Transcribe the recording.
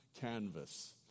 Canvas